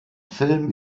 film